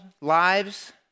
lives